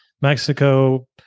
mexico